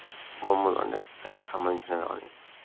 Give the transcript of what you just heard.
బొమ్మలు అనేవి సైన్స్ సంబంధించినవి కానీ